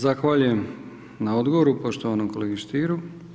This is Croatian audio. Zahvaljujem na odgovoru poštovanom kolegi Stieru.